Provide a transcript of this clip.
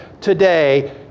today